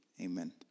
Amen